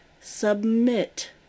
submit